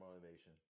motivation